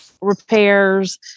repairs